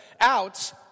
out